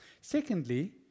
Secondly